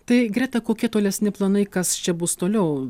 tai greta kokie tolesni planai kas čia bus toliau